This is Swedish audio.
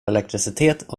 elektricitet